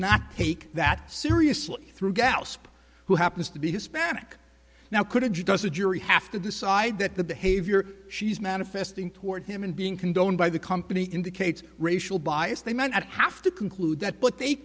not take that seriously through gasp who happens to be hispanic now could he does a jury have to decide that the behavior she's manifesting toward him and being condoned by the company indicates racial bias they may not have to conclude that but they